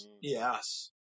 Yes